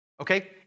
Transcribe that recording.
Okay